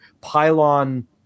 pylon